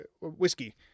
Whiskey